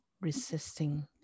Resisting